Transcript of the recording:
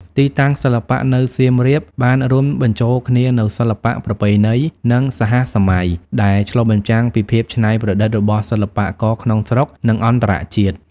ទីតាំងសិល្បៈនៅសៀមរាបបានរួមបញ្ចូលគ្នានូវសិល្បៈប្រពៃណី និងសហសម័យ ដែលឆ្លុះបញ្ចាំងពីភាពច្នៃប្រឌិតរបស់សិល្បករក្នុងស្រុក និងអន្តរជាតិ។